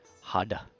Harder